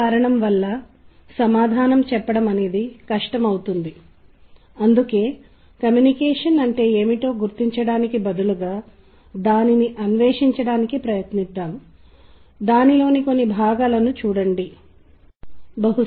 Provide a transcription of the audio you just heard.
తల్లుల సమూహం మాట్లాడటం మరియు కబుర్లు చెప్పుకోవడం మరియు పిల్లలు ఆడుకోవడం ఒక పిల్లవాడు ఏడుపు ప్రారంభించడం మరియు ఒక తల్లి లేవడం వంటివి మీరు కనుగొనవచ్చు